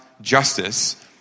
justice